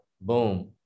Boom